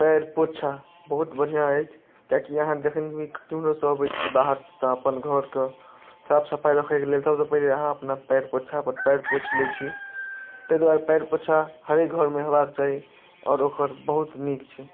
पएर पोछा बहुत बढ़िऑं अछि किएकि अहाँ जखन भी केम्हरोसँ अबै छी बाहरसँ तऽ अपन घरके साफ सफाइ रखैके लेल सभसँ पहले अहाँ अपना पएर पोछा पर पएर पोछि लै छी ताहि दुआरे पएर पोछा हरेक घरमे होयबाक चाही आओर ओकर बहुत नीक छै